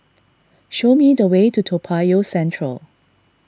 show me the way to Toa Payoh Central